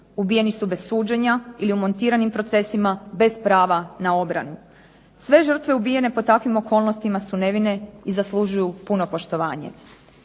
Ubijeni su bez suđenja ili u montiranim procesima bez prava na obranu. Sve žrtve ubijene pod takvim okolnostima su nevine i zaslužuju puno poštovanje.